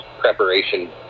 preparation